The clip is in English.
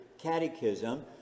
Catechism